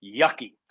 yucky